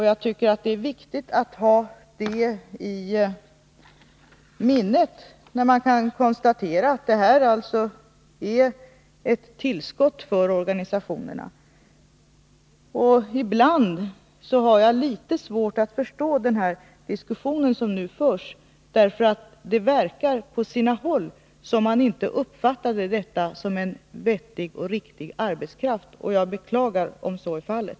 Jag tycker att det är viktigt att ha i minnet att detta är ett tillskott för organisationerna. Ibland har jag litet svårt att förstå den här diskussionen, eftersom det på sina håll verkar som om man inte uppfattade detta som en vettig och riktig arbetskraft, och jag beklagar om så är fallet.